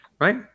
right